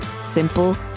simple